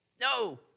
No